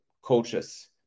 coaches